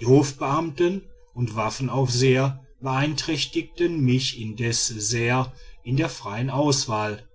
die hofbeamten und waffenaufseher beeinträchtigten mich indes sehr in der freien auswahl